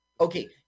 Okay